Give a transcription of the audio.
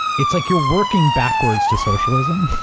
it's like you're working backwards to socialism.